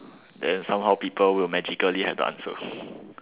then somehow people will magically have the answer